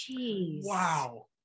Wow